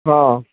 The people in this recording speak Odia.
ହଁ